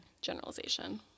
generalization